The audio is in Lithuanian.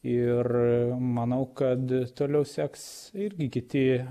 ir manau kad toliau seks irgi kiti